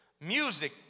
Music